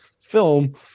film